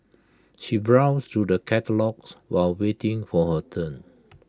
she browsed through the catalogues while waiting for her turn